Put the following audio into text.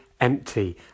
empty